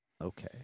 Okay